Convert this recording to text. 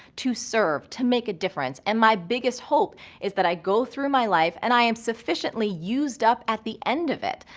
to serve, to make a difference, and my biggest hope is that i go through my life and i am sufficiently used up at the end of it.